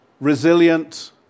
resilient